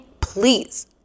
please